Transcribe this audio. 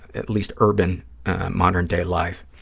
at least urban modern-day life.